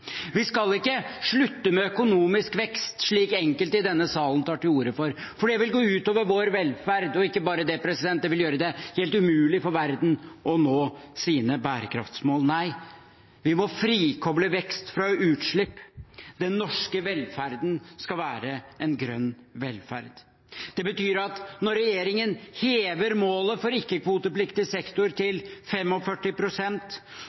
Vi skal ikke slutte med økonomisk vekst, slik enkelte i denne salen tar til orde for, for det vil gå ut over vår velferd. Ikke bare det: Det vil gjøre det helt umulig for verden å nå sine bærekraftsmål. Nei, vi må frikoble vekst fra utslipp. Den norske velferden skal være en grønn velferd. Det betyr at når regjeringen hever målet for ikke-kvotepliktig sektor